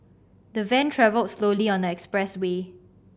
the van travelled slowly on the express way